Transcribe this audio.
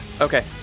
Okay